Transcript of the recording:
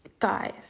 Guys